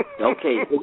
Okay